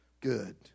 good